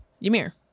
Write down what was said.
Ymir